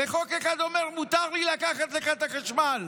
וחוק אחד אומר: מותר לי לקחת לך את החשמל.